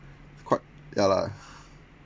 quite ya lah